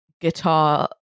guitar